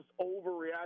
overreact